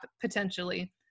potentially